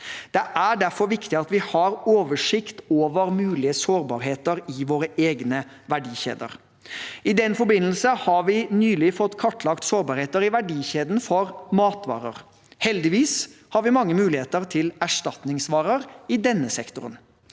Det er derfor viktig at vi har oversikt over mulige sårbarheter i våre egne verdikjeder. I den forbindelse har vi nylig fått kartlagt sårbarheter i verdikjeden for matvarer. Heldigvis har vi mange muligheter til erstatningsvarer i denne sektoren.